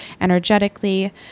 energetically